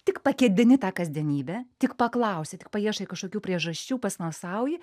tik pakedeni tą kasdienybę tik paklausi tik paieškai kažkokių priežasčių pasmalsauji